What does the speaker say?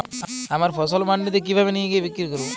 আমার ফসল মান্ডিতে কিভাবে নিয়ে গিয়ে বিক্রি করব?